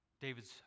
David's